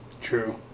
True